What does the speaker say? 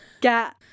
get